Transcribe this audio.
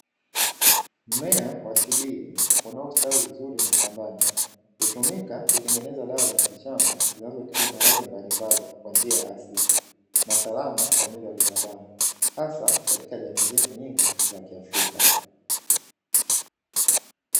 Mmea wa Shubiri unaostawi vizuri mashambani, hutumika kutengeneza dawa za miti shamba zinazotibu maradhi mbalimbali kwa njia ya asili na salama kwaajili ya binadamu, hasa katika jamii zetu nyingi za Kiafrika.